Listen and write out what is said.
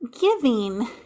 giving